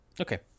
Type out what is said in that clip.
Okay